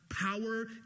Power